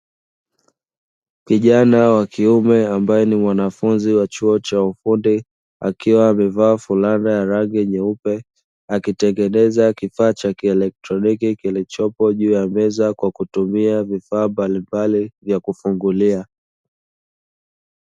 Kijana wa kiume ambaye ni mwanafunzi wa chuo cha ufundi, akiwa amevaa fulana ya rangi nyeupe, akitengeneza kifaa cha kielektroniki kilichopo juu ya meza kwa kutumia vifaa mbalimbali vya kufungulia.